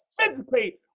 physically